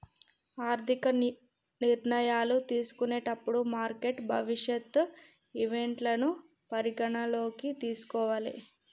ఆర్థిక నిర్ణయాలు తీసుకునేటప్పుడు మార్కెట్ భవిష్యత్ ఈవెంట్లను పరిగణనలోకి తీసుకోవాలే